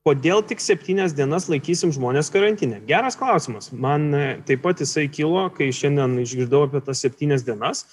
kodėl tik septynias dienas laikysim žmones karantine geras klausimas man taip pat jisai kilo kai šiandien išgirdau apie tas septynias dienas